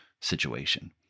situation